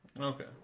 Okay